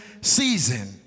season